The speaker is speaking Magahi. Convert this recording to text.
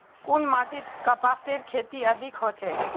कुन माटित कपासेर खेती अधिक होचे?